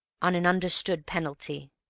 on an understood penalty.